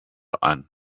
ein